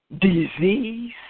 disease